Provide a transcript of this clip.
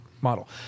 model